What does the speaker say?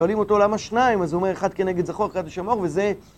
קלים אותו למה שניים, אז הוא אומר אחד כן נגד זכור, אחד נגד שמור, וזה...